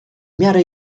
miarę